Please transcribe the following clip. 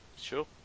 Sure